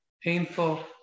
painful